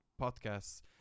podcasts